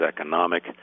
economic